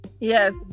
Yes